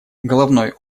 головной